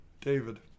David